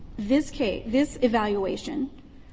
this case this evaluation,